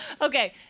Okay